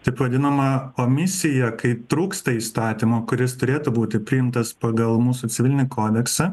taip vadinama omisija kai trūksta įstatymo kuris turėtų būti priimtas pagal mūsų civilinį kodeksą